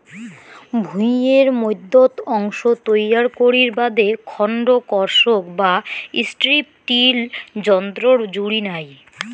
ভুঁইয়ের মইধ্যত অংশ তৈয়ার করির বাদে খন্ড কর্ষক বা স্ট্রিপ টিল যন্ত্রর জুড়ি নাই